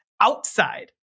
Outside